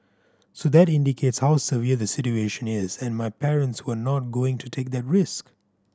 so that indicates how severe the situation is and my parents were not going to take that risk